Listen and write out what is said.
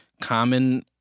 common